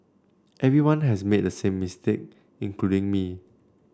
everyone has made the same mistake including me